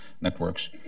networks